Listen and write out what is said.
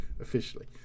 officially